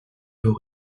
vaut